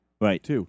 Right